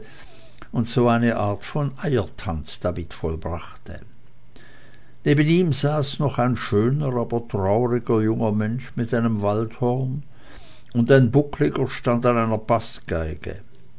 und so eine art von eiertanz damit vollbrachte neben ihm saß noch ein schöner aber trauriger junger mensch mit einem waldhorn und ein buckliger stand an einer